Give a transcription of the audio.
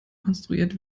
konstruiert